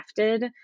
crafted